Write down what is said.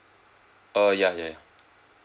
uh ya ya ya